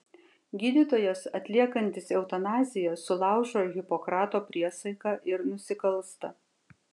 gydytojas atliekantis eutanaziją sulaužo hipokrato priesaiką ir nusikalsta